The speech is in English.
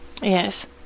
Yes